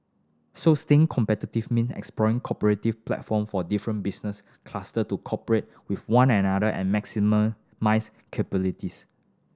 so staying competitive means exploring cooperative platform for different business cluster to cooperate with one another and capabilities